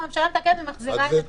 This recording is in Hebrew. ואז הממשלה מתקנת ומחזירה את התקנות.